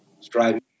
striving